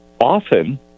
Often